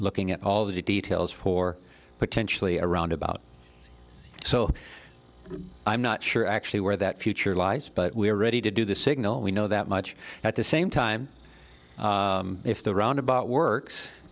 looking at all the details for potentially around about so i'm not sure actually where that future lies but we're ready to do the signal we know that much at the same time if the roundabout works